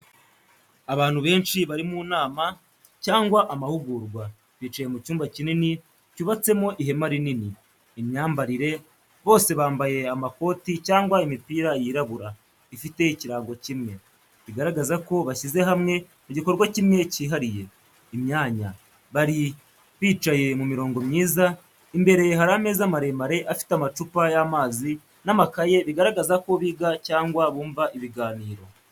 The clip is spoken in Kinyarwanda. Abantu benshi bari mu nama cyangwa amahugurwa, bicaye mu cyumba kinini cyubatsemo ihema rinini. Imyambarire: Bose bambaye amakoti cyangwa imipira yirabura, ifite ikirango kimwe, bigaragaza ko bashyize hamwe mu gikorwa kimwe cyihariye. Imyanya: Bari bicaye mu mirongo myiza, imbere hari ameza maremare afite amacupa y’amazi n’amakaye, bigaragaza ko biga cyangwa bumva ibiganiro.